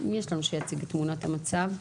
מי יציג את תמונת המצב?